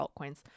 altcoins